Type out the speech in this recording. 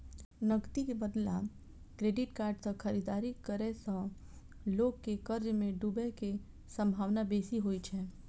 नकदी के बदला क्रेडिट कार्ड सं खरीदारी करै सं लोग के कर्ज मे डूबै के संभावना बेसी होइ छै